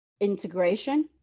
integration